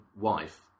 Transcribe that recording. wife